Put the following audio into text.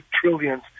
trillions